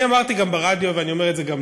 אני אמרתי גם ברדיו ואני אומר את זה גם